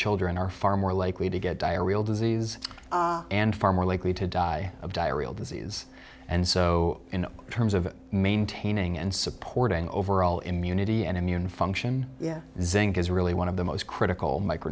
children are far more likely to get diarrheal disease and far more likely to die of diarrheal disease and so in terms of maintaining and supporting overall immunity and immune function yeah zinc is really one of the most critical